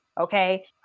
Okay